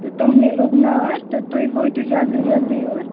تہٕ تِمنٕے لوٚگ نار تہٕ تُہۍ وٲتِو جلدی جلدی یور